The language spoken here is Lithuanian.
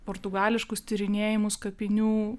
portugališkus tyrinėjimus kapinių